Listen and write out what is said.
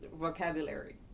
vocabulary